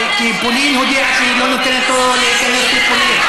כי פולין הודיעה שהיא לא נותנת לו להיכנס לפולין.